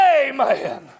Amen